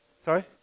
Sorry